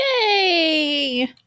Yay